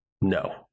no